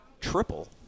triple